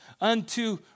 unto